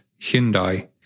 Hyundai